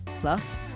Plus